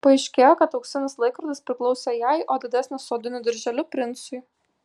paaiškėjo kad auksinis laikrodis priklausė jai o didesnis su odiniu dirželiu princui